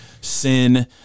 sin